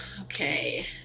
okay